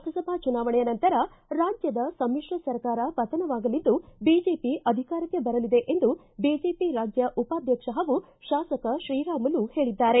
ಲೋಕಸಭಾ ಚುನಾವಣೆಯ ನಂತರ ರಾಜ್ಯದ ಸಮ್ಮಿತ್ರ ಸರ್ಕಾರ ಪತನವಾಗಲಿದ್ದು ಬಿಜೆಪಿ ಅಧಿಕಾರಕ್ಕೆ ಬರಲಿದೆ ಎಂದು ಬಿಜೆಪಿ ರಾಜ್ಯ ಉಪಾಧ್ಯಕ್ಷ ಹಾಗೂ ಶಾಸಕ ಶ್ರೀರಾಮುಲು ಹೇಳಿದ್ದಾರೆ